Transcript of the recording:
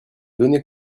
données